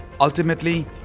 Ultimately